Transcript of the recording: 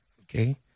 Okay